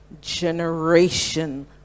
generation